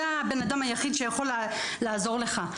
זה הבן-אדם היחיד שיכול לעזור לך".